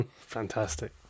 Fantastic